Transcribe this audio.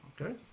Okay